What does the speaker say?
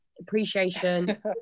appreciation